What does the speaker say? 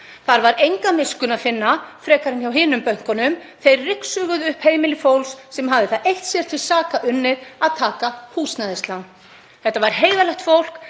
Þar var enga miskunn að finna frekar en hjá hinum bönkunum. Þeir ryksuguðu upp heimili fólks sem hafði það eitt sér til saka unnið að taka húsnæðislán. Þetta var heiðarlegt fólk